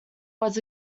was